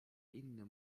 inny